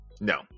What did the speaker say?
No